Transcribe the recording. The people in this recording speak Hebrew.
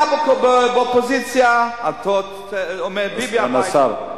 אתה באופוזיציה, אומר: ביבי הביתה.